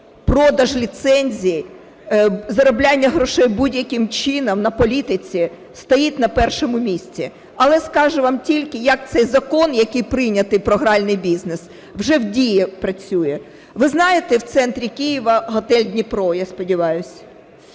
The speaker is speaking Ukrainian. продаж ліцензії, заробляння грошей будь-яким чином на політиці стоїть на першому місці. Але скажу вам тільки, як цей закон, який прийнятий, про гральний бізнес, вже в дії працює. Ви знаєте в центрі Києва готель "Дніпро, я сподіваюсь.